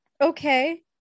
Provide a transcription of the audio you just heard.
Okay